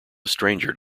stranger